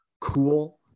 cool